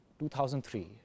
2003